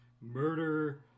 murder